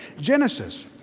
Genesis